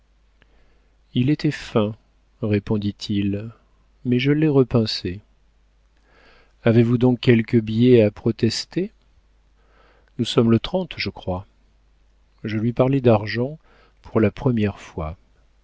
il était fin répondit-il mais je l'ai repincé avez-vous donc quelques billets à protester nous sommes le trente je crois je lui parlais d'argent pour la première fois